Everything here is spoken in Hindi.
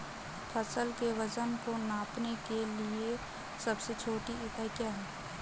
फसल के वजन को नापने के लिए सबसे छोटी इकाई क्या है?